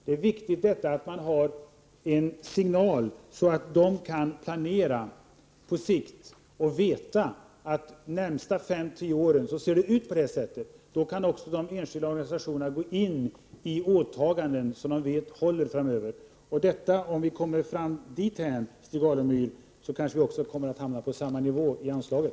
Det är viktigt att man ger en signal så att de enskilda organisationerna kan planera på sikt och veta att de närmaste fem tio åren ser ut på det här sättet. Då kan de också gå in i åtaganden som de vet håller framöver. Om vi kommer fram dithän, Stig Alemyr, kanske vi också kommer att hamna på samma nivå i anslaget.